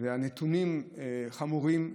הנתונים חמורים,